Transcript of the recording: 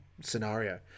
scenario